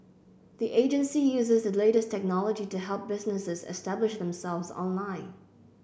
the agency uses the latest technology to help businesses establish themselves online